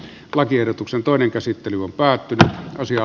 lakiehdotuksen toinen käsittely on päätettävä asia